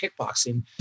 kickboxing